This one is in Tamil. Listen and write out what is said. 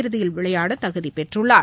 இறுதியில் விளையாட தகுதி பெற்றுள்ளார்